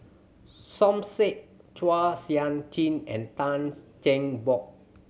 Som Said Chua Sian Chin and Tans Cheng Bock